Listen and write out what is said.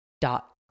dot